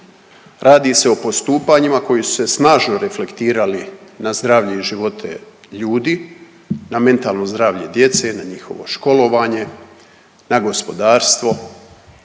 Radi se o postupanjima koji su se snažno reflektirali na zdravlje i živote ljudi, na mentalno zdravlje djece, na njihovo školovanje, na gospodarstvo.